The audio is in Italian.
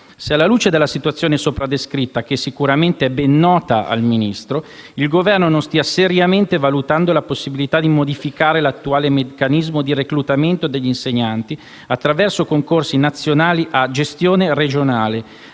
se alla luce della situazione sopra descritta, che sicuramente è ben nota al Ministro, il Governo non stia seriamente valutando la possibilità di modificare l'attuale meccanismo di reclutamento degli insegnanti, attraverso concorsi nazionali a gestione regionale,